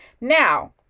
Now